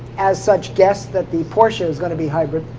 as such, guess that the porsche is going to be hybrid.